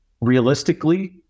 Realistically